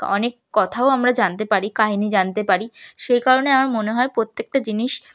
অনেক কথাও আমরা জানতে পারি কাহিনি জানতে পারি সেই কারণে আমার মনে হয় প্রত্যেকটা জিনিস